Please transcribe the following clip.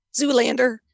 Zoolander